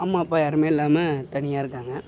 அம்மா அப்பா யாரும் இல்லாமல் தனியாக இருந்தாங்க